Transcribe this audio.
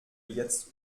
jetzt